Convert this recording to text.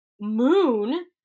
moon